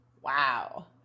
Wow